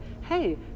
hey